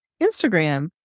Instagram